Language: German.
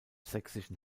sächsischen